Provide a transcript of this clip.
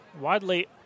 Widely